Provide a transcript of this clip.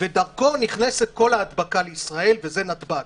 ודרכו נכנסת כל ההדבקה לישראל וזה נתב"ג.